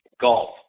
Golf